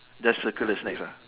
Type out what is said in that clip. just circle the snacks ah